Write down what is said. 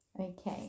Okay